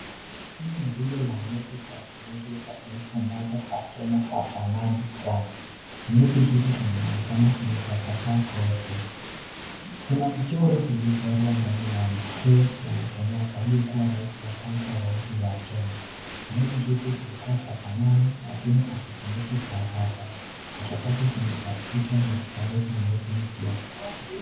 Hili ni rundo la noti za shilingi elfu Moja za Kenya za zamani sana, Noti hizi zinaonekana zimetapakaa kote, Kuna mchoro ilichorwa ndani ya Mzee Jomo Kenyatta, Aliyekuwa Rais wa kwanza wa nchi ya Kenya, Noti hizi zilikuwa za dhamana lakini hazitumiki kwa sasa kwa sababu zimebadilishwa na zikaletwa noti mpya.